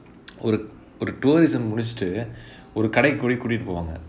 ஒரு ஒரு:oru oru tourism முடிசிட்டு ஒரு கடைக்கு கூடிட்டு கூடிட்டு போவாங்க:mudichittu oru kadaikku kootittu kootittupovaanga